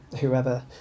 whoever